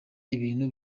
ibintu